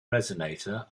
resonator